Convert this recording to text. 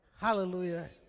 Hallelujah